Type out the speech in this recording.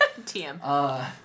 TM